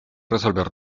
resolver